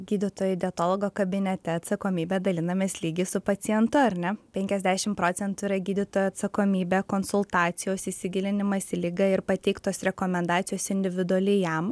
gydytojų dietologo kabinete atsakomybę dalinamės lygiai su pacientu ar ne penkiasdešim procentų yra gydytojo atsakomybė konsultacijos įsigilinimas į ligą ir pateiktos rekomendacijos individualiai jam